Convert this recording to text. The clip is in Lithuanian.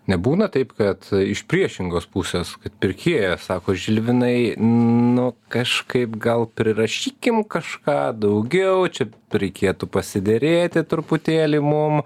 nebūna taip kad iš priešingos pusės kad pirkėjas sako žilvinai nu kažkaip gal prirašykim kažką daugiau čia reikėtų pasiderėti truputėlį mum